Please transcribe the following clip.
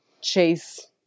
chase